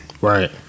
Right